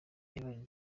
evan